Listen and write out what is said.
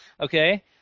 Okay